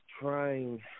trying